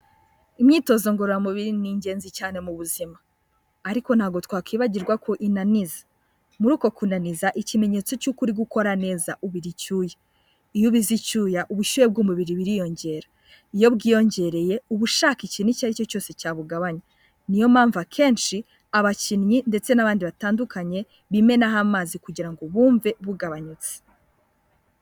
Imyitozo ngororamubiri ni ingenzi cyane mu buzima. Ariko ntago twakwibagirwa ko inaniza. muri uko kunaniza ikimenyetso cy'uko uri gukora neza ubira icyuya. Iyo ubize icyuya ubushyuhe bw'umubiri buriyongera. Iyo bwiyongereye uba ushaka ikintu icyo ari cyo cyose cyabugabanya. Ni yo mpamvu akenshi abakinnyi ndetse n'abandi batandukanye bimenaho amazi kugira ngo bumve bugabanyutse.